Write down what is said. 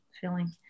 feeling